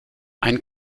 ein